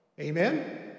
Amen